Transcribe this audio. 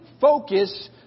focus